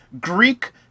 Greek